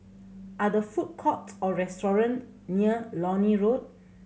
are there food courts or restaurant near Lornie Road